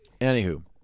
Anywho